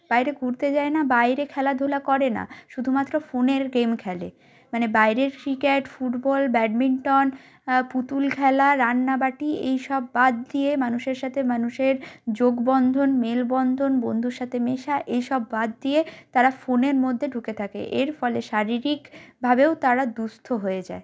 বাইরে ঘুরতে যায় না বাইরে খেলাধুলা করে না শুধুমাত্র ফোনের গেম খেলে মানে বাইরের ক্রিকেট ফুটবল ব্যাডমিন্টন পুতুল খেলা রান্নাবাটি এইসব বাদ দিয়ে মানুষের সাথে মানুষের যোগবন্ধন মেলবন্ধন বন্ধুর সাথে মেশা এইসব বাদ দিয়ে তারা ফোনের মধ্যে ঢুকে থাকে এর ফলে শারীরিক ভাবেও তারা দুঃস্থ হয়ে যায়